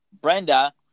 Brenda